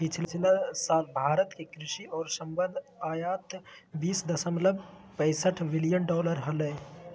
पिछला साल भारत के कृषि और संबद्ध आयात बीस दशमलव पैसठ बिलियन डॉलर हलय